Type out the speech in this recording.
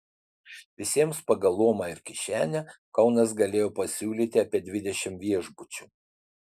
visiems pagal luomą ir kišenę kaunas galėjo pasiūlyti apie dvidešimt viešbučių